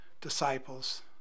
disciples